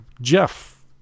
Jeff